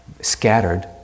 scattered